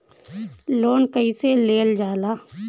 Loan कईसे लेल जाला?